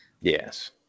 Yes